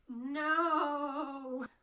No